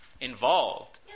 involved